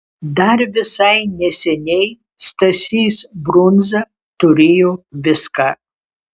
dar visai neseniai stasys brundza turėjo viską